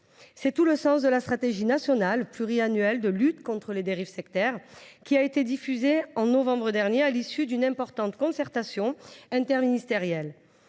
C’est tout le sens de la stratégie nationale pluriannuelle de lutte contre les dérives sectaires, présentée en novembre dernier à l’issue d’une importante concertation interministérielle.